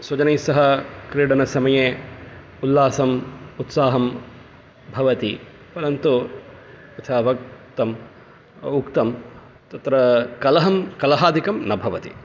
स्वजनैस्सह क्रीडनसमये उल्लासम् उत्साहं भवति परन्तु यथा उक्तम् उक्तं तत्र कलहं कलहादिकं न भवति